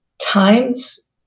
times